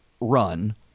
run